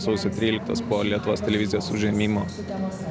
sausio tryliktos po lietuvos televizijos užėmimo